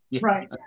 right